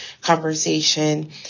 conversation